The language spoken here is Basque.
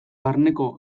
barneko